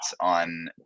on